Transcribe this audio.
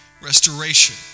restoration